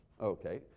Okay